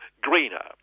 greener